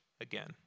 again